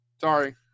Sorry